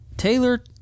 Taylor